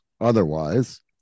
otherwise